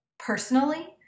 personally